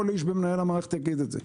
כל איש במנהל המערכת יגיד את זה.